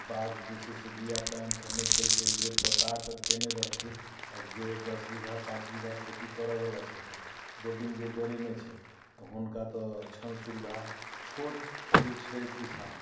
बाउग जे छै से बीया टाइमसँ नहि केलकै जे पटा कऽ केने रहथिन अब जे दस बिगहा पाँच बिगहा खेती करऽ वला छथिन बोडिंग जे गड़ेने छथि हुनका तऽ छनि सुविधा छोट जे छै किसान